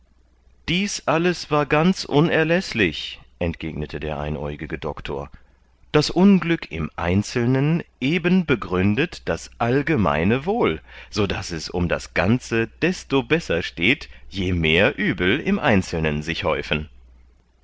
dies alles war ganz unerläßlich entgegnete der einäugige doctor das unglück im einzelnen eben begründet das allgemeine wohl so daß es um das ganze desto besser steht je mehr die uebel im einzelnen sich häufen